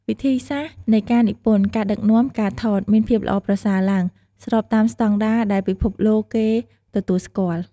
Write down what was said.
វិធីសាស្ត្រនៃការនិពន្ធ ការដឹកនាំ ការថត មានភាពល្អប្រសើរឡើង ស្របតាមស្តង់ដារដែលពិភពលោកគេទទួលស្គាល់។